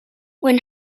when